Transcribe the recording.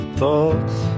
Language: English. thoughts